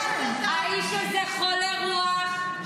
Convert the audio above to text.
האיש הזה חולה רוח.